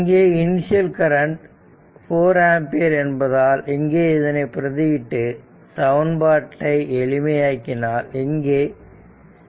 இங்கே initial current 4 ampere என்பதால் இங்கே இதனை பிரதி இட்டு சமன்பாட்டை எளிமை ஆக்கினால் இங்கே 1